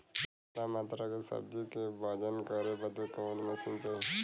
ज्यादा मात्रा के सब्जी के वजन करे बदे कवन मशीन चाही?